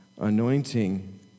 anointing